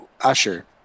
Usher